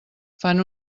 fan